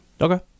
Okay